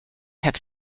have